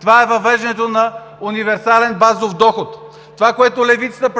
това е въвеждането на универсален базов доход! Онова, което Левицата